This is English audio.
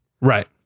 Right